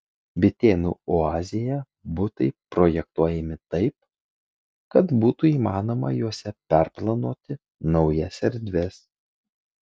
bitėnų oazėje butai projektuojami taip kad būtų įmanoma juose perplanuoti naujas erdves